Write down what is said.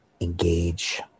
engage